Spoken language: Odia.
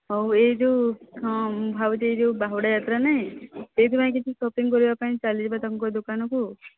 ହେଉ ଏ ଯେଉଁ ହଁ ମୁଁ ଭାବୁଛି ଏହି ଯେଉଁ ବାହୁଡ଼ା ଯାତ୍ରା ନାହିଁ ସେହିଥିପାଇଁ କିଛି ଶପିଂ କରିବା ପାଇଁ ଚାଲିଯିବା ତାଙ୍କ ଦୋକାନକୁ